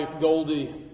Goldie